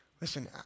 Listen